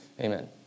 Amen